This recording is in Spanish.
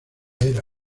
era